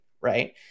right